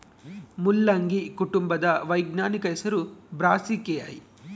ಮುಲ್ಲಂಗಿ ಕುಟುಂಬದ ವೈಜ್ಞಾನಿಕ ಹೆಸರು ಬ್ರಾಸಿಕೆಐ